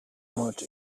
much